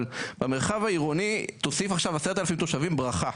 במרחב העירוני, תוסיף עכשיו 10,000 תושבים, ברכה.